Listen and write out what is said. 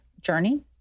journey